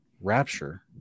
rapture